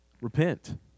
Repent